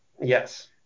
Yes